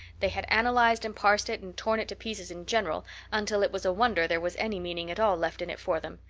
they had analyzed and parsed it and torn it to pieces in general until it was a wonder there was any meaning at all left in it for them,